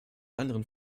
anderen